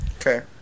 Okay